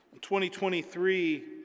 2023